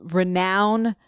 renowned